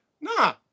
nah